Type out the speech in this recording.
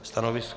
Stanovisko?